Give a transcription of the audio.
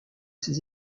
ses